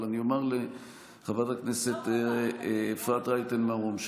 אבל אני אומר לחברת הכנסת אפרת רייטן מרום,